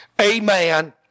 Amen